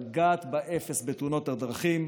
לגעת באפס בתאונות הדרכים,